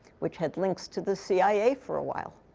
which had links to the cia for a while.